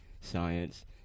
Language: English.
science